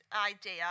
idea